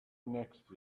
next